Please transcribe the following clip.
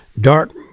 dark